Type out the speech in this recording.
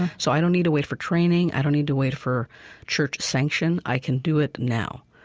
so i don't need to wait for training. i don't need to wait for church sanction. i can do it now.